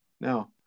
Now